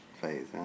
phase